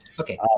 Okay